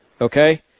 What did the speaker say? okay